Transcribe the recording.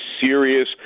serious